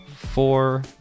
Four